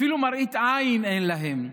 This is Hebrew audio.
אפילו מראית עין אין להם.